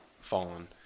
fallen